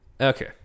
Okay